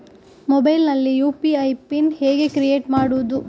Mobile ನಲ್ಲಿ UPI pin ಹೇಗೆ create ಮಾಡುವುದು?